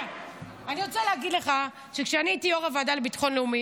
אני רוצה להגיד לך שכשאני הייתי יו"ר הוועדה לביטחון לאומי,